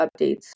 updates